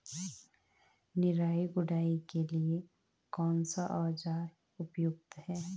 निराई गुड़ाई के लिए कौन सा औज़ार उपयुक्त है?